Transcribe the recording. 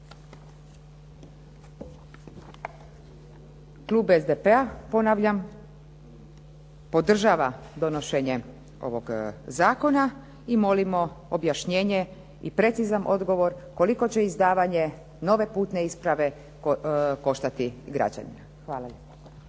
Klub SDP-a ponavljam podržava donošenje ovog zakona i molimo objašnjenje i precizan odgovor koliko će izdavanje nove putne isprave koštati građanina. Hvala